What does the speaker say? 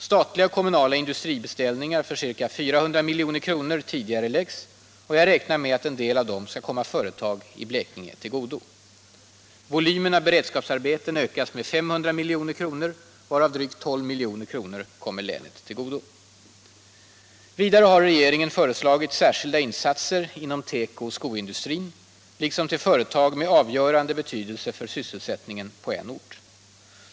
Statliga och kommunala industribeställningar för ca 400 milj.kr. tidigareläggs, och jag räknar med att en del av dessa skall komma företag i Blekinge till godo. Volymen av beredskapsarbeten ökas med 500 milj.kr., varav drygt 12 milj.kr. kommer länet till godo. Vidare har regeringen föreslagit särskilda insatser inom teko och skoindustrin liksom till företag med avgörande betydelse för sysselsättningen på en ort.